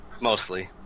Mostly